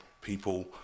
people